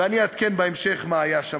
ואני אעדכן בהמשך מה היה שם.